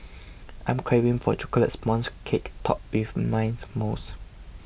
I am craving for a Chocolate Sponge Cake Topped with Mint Mousse